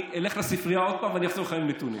אני אלך לספרייה עוד פעם ואני אחזור אליך עם נתונים.